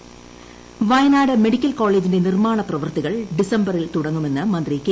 Shailaja Wayanad medical പ്രാക്കോളേജിന്റെ നിർമ്മാണ പ്രവൃത്തികൾ ഡിസംബറിൽ തുടങ്ങുമെന്ന് മന്ത്രി കെ